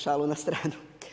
Šalu na stranu.